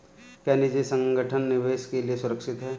क्या निजी संगठन निवेश के लिए सुरक्षित हैं?